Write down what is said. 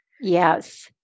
Yes